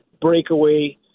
breakaway